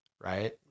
right